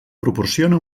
proporciona